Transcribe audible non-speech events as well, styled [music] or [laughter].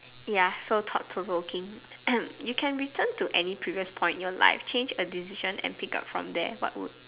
ya so thought provoking [coughs] you can return to any previous point in your life change a decision and pick up from there what would